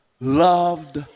loved